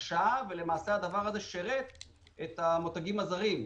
ישרת את המותגים הזרים,